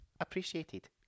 Appreciated